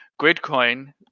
gridcoin